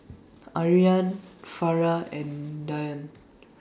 Aryan Farah and Dian